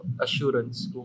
assurance